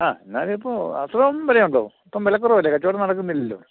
ആ എന്നാലും ഇപ്പോൾ അത്രയും വിലയുണ്ടോ ഇപ്പം വിലക്കുറവല്ലേ കച്ചവടം നടക്കുന്നില്ലല്ലോ